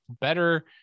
better